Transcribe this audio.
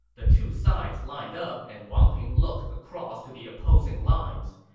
the two sides lined up, and wang ping looked across to the opposing lines.